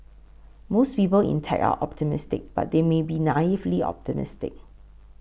most people in tech are optimistic but they may be naively optimistic